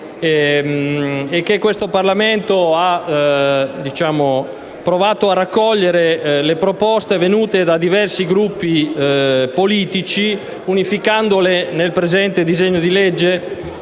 Abruzzo. Il Parlamento ha provato a raccogliere le proposte venute da diversi Gruppi politici, unificandole nel presente disegno di legge,